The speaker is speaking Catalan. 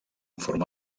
forma